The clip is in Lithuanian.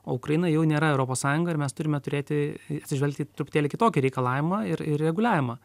o ukraina jau nėra europos sąjunga ir mes turime turėti atsižvelgt į truputėlį kitokį reikalavimą ir reguliavimą